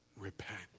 Repent